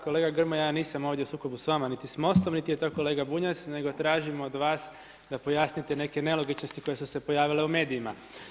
Kolega Grmoja, ja nisam ovdje u sukobu s vama niti s MOST-om niti je to kolega Bunjac, nego tražimo od vas da pojasnite neke nelogičnosti koje su se pojavile u medijima.